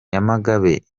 nyamagabe